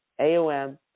AOM